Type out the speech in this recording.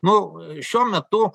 nu šiuo metu